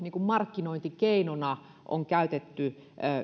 markkinointikeinona on käytetty